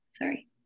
Sorry